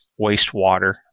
wastewater